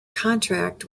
contract